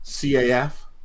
CAF